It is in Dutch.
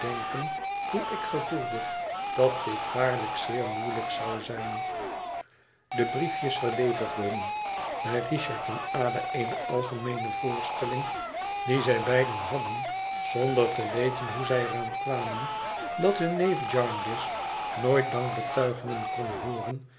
hoe ik gevoelde dat dit waarlijk zeer moeielijk zou zijn de briefjes verlevendigden bij richard en ada eene algemeene voorstelling die zij beiden hadden zonder te weten hoe zij er aan kwamen dat hun neef jarndyce nooit dankbetuigingen kon hooren